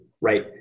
right